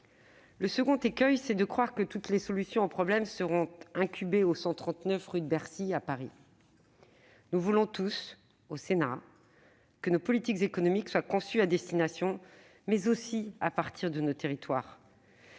Le second écueil, c'est de croire que toutes les solutions aux problèmes seront incubées au 139, rue de Bercy à Paris. Nous voulons tous, au Sénat, que nos politiques économiques soient conçues à destination, mais aussi à partir de nos territoires.